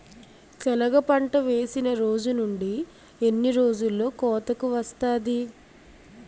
సెనగ పంట వేసిన రోజు నుండి ఎన్ని రోజుల్లో కోతకు వస్తాది?